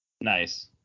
Nice